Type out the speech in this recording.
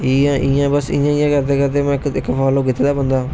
ठीक ऐ इयां इयां बस इयां करदे करदे में इक फाॅलो कीते दा बंदा